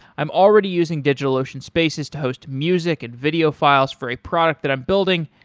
i'm already using digitalocean spaces to host music and video files for a product that i'm building,